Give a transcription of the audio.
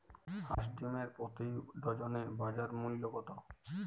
হাঁস ডিমের প্রতি ডজনে বাজার মূল্য কত?